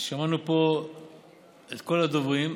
שמענו פה את כל הדוברים.